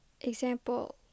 Example